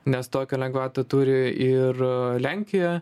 nes tokią lengvatą turi ir lenkija